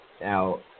Now